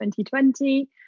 2020